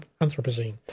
Anthropocene